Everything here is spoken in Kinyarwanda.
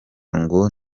ngo